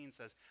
says